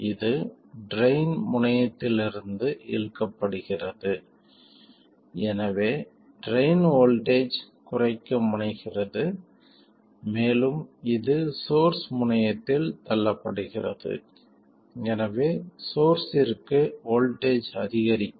இது ட்ரைன் முனையத்திலிருந்து இழுக்கப்படுகிறது எனவே ட்ரைன் வோல்ட்டேஜ் குறைக்க முனைகிறது மேலும் இது சோர்ஸ் முனையத்தில் தள்ளப்படுகிறது எனவே சோர்ஸ்ற்கு வோல்ட்டேஜ் அதிகரிக்கும்